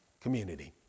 community